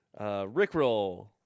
Rickroll